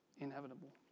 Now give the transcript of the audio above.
inevitable